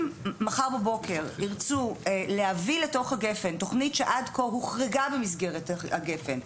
אם מחר בבוקר ירצו להביא לתוך גפ"ן תוכנית שעד כה הוחרגה במסגרת גפ"ן,